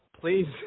please